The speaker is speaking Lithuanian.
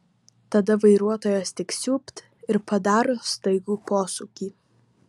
tada vairuotojas tik siūbt ir padaro staigų posūkį